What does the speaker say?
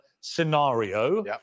scenario